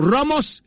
Ramos